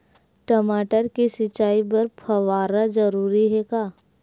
टमाटर के सिंचाई बर फव्वारा जरूरी हे का?